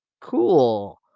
cool